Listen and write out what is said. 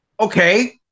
Okay